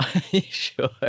Sure